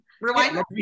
Rewind